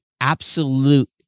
absolute